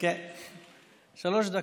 שלוש דקות.